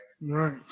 right